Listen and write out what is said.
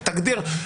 תגדיר.